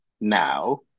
now